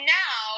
now